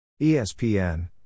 ESPN